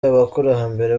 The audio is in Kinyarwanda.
abakurambere